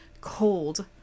cold